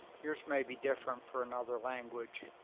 yours may be different for another language.